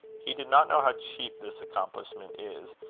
he did not know how cheap this accomplishment is,